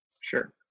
Sure